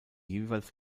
jeweils